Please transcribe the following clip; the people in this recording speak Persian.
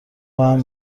بهم